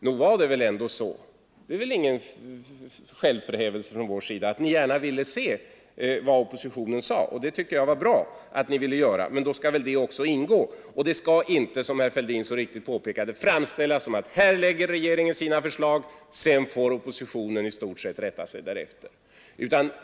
Nog var det väl ändå så — det är väl ingen självförhävelse från vår sida att konstatera det — att ni gärna ville se vad oppositionen lade fram. Och jag tycker att det var bra att ni ville göra det. Men då skall det också framgå av redogörelsen och det skall inte, som herr Fälldin så riktigt påpekade, framställas så att här lägger regeringen fram sina förslag, sedan får oppositionen i stort sett rätta sig därefter.